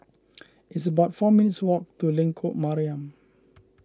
it's about four minutes' walk to Lengkok Mariam